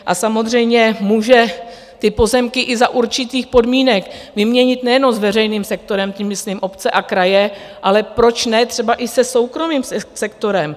A samozřejmě může ty pozemky i za určitých podmínek vyměnit nejenom s veřejným sektorem, tím myslím obce a kraje, ale proč ne třeba i se soukromým sektorem?